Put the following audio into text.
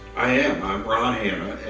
i am. i'm ron hanna,